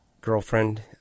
girlfriend